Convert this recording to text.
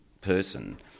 person